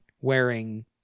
wearing